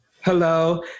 Hello